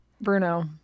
Bruno